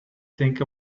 think